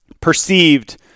perceived